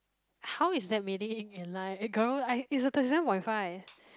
how is that meaning in in life a girl I it's a thirty seven point five